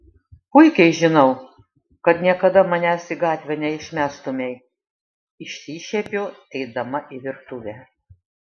puikiai žinau kad niekada manęs į gatvę neišmestumei išsišiepiu eidama į virtuvę